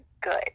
good